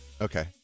Okay